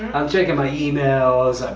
i'm checking my emails,